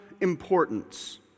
importance